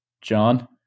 John